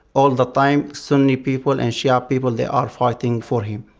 all the time, sunni people and shia people, they are fighting for him.